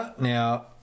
Now